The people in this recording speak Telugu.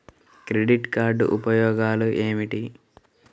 క్రెడిట్ కార్డ్ ఉపయోగాలు ఏమిటి?